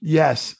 yes